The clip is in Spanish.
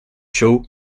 show